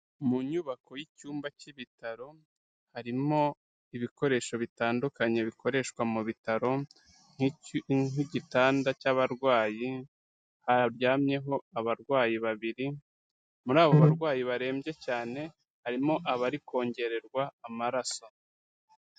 Mu nyubako y'icyumba cy'ibitaro harimo ibikoresho bitandukanye bikoreshwa mu bitaro nk'igitanda cy'abarwayi haryamyeho abarwayi babiri, muri abo barwayi barembye cyane harimo abari kongererwa amaraso.